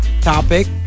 topic